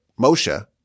Moshe